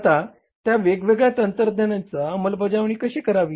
आता त्या वेगवेगळ्या तंत्राची अंमलबजावणी कशी करावी